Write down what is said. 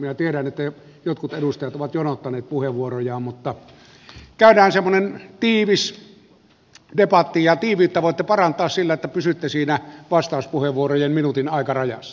minä tiedän että jotkut edustajat ovat jonottaneet puheenvuorojaan mutta käydään semmoinen tiivis debatti ja tii viyttä voitte parantaa sillä että pysytte siinä vastauspuheenvuorojen minuutin aikarajassa